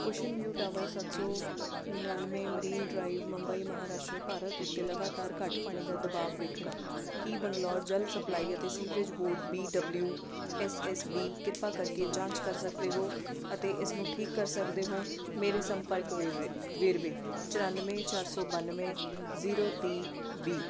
ocean view towers ਸੱਤ ਸੌ ਉਣਾਨਵੇਂ ਮਰੀਨ ਡਰਾਈਵ ਮੁੰਬਈ ਮਹਾਰਾਸ਼ਟਰ ਭਾਰਤ ਉੱਤੇ ਲਗਾਤਾਰ ਘੱਟ ਪਾਣੀ ਦਾ ਦਬਾਅ ਵੇਖਣਾ ਕੀ ਬੰਗਲੌਰ ਜਲ ਸਪਲਾਈ ਅਤੇ sewerage board B W S S B ਕਿਰਪਾ ਕਰਕੇ ਜਾਂਚ ਕਰ ਸਕਦੇ ਹੋ ਅਤੇ ਇਸ ਨੂੰ ਠੀਕ ਕਰ ਸਕਦੇ ਹੋ ਮੇਰੇ ਸੰਪਰਕ ਵੇਰਵੇ ਵੇਰਵੇ ਚੁਰਾਨਵੇਂ ਚਾਰ ਸੌ ਬਾਨਵੇਂ ਜ਼ੀਰੋ ਤੀਹ ਵੀਹ